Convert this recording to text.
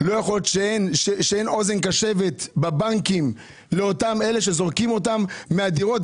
לא יכול להיות שאין אוזן קשבת בבנקים לאותם אלה שזורקים אותם מהדירות.